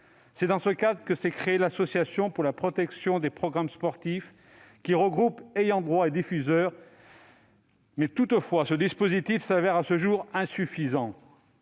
C'est dans ce cadre que s'est créée l'Association pour la protection des programmes sportifs, qui regroupe ayants droit et diffuseurs. Toutefois, ce dispositif s'avère à ce jour insuffisant.